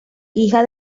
hija